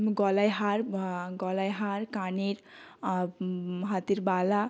গলায় হার গলায় হার কানের হাতের বালা